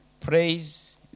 Praise